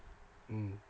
mm